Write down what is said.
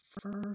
First